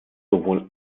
sowohl